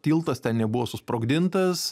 tiltas ten susprogdintas